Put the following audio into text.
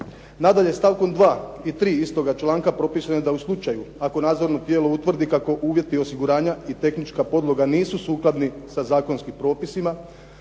Nadalje, stavkom 2. i 3. istoga članka propisano je da u slučaju ako nadzorno tijelo utvrdi kako uvjeti osiguranja i tehnička podloga nisu sukladni sa zakonskim propisima,